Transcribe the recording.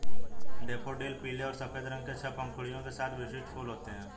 daffodil पीले और सफ़ेद रंग के छह पंखुड़ियों के साथ विशिष्ट फूल होते हैं